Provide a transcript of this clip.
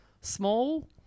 Small